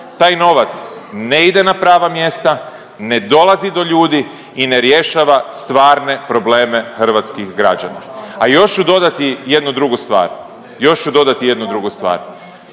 Taj novac ne ide na prava mjesta, ne dolazi do ljudi i ne rješava stvarne probleme hrvatskih građana, a još ću dodati jednu drugu stvar,